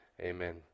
Amen